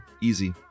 Easy